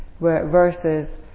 Versus